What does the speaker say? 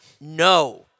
No